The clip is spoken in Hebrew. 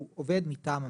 הוא עובד מטעם המשרד.